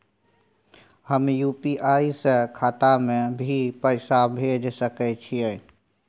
हम यु.पी.आई से खाता में भी पैसा भेज सके छियै?